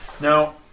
Now